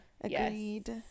agreed